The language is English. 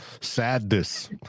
Sadness